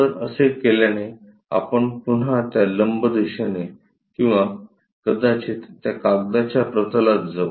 तर असे केल्याने आपण पुन्हा त्या लंब दिशेने किंवा कदाचित त्या कागदाच्या प्रतलात जाऊ